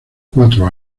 cuatro